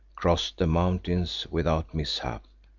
crossed the mountains without mishap.